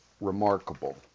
remarkable